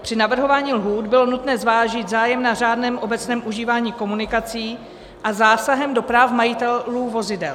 Při navrhování lhůt bylo nutné zvážit zájem na řádném obecném užívání komunikací a zásah do práv majitelů vozidel.